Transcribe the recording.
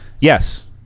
Yes